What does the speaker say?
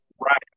Right